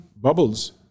bubbles